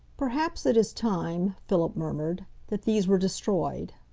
perhaps it is time, philip murmured, that these were destroyed.